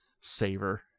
savor